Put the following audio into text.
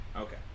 Okay